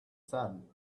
sand